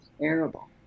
terrible